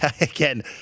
Again